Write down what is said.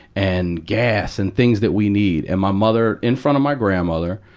and gas, and things that we need. and my mother, in front of my grandmother,